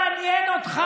לא מעניין אותך.